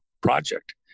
project